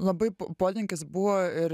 labai polinkis buvo ir